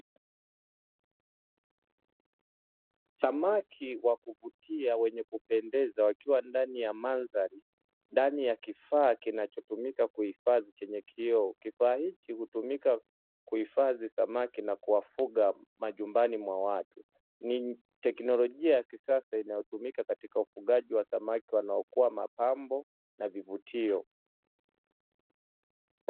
Samaki wa kuvutia wenye kupendeza wakiwa ndani ya mandhari, ndani ya kifaa kinacho tumika kuhifadhi chenye kioo. Kifaa hichi hutumika kuhifadhi samaki na kuwafuga majumbani mwa watu. Ni teknolojia ya kisasa inayotumika katika ufugaji wa samaki wanaokuwa mapambo na vivutio.